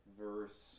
verse